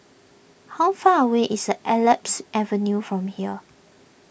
how far away is Alps Avenue from here